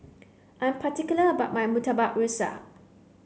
I'm particular about my Murtabak Rusa